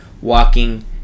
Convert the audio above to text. walking